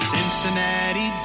Cincinnati